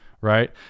Right